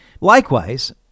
Likewise